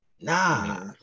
nah